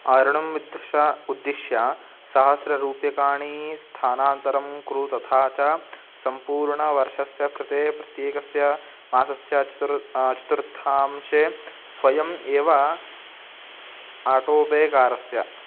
आरुणम् उद्दिश्य उद्दिश्य सहस्ररूप्यकाणि स्थानान्तरं कुरु तथा च सम्पूर्णवर्षस्य कृते प्रत्येकस्य मासस्य चतुर्थः चतुर्थांशे स्वयम् एव आटो पे कारय